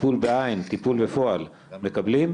טיפול ב-"ע" טיפול בפועל מקבלים.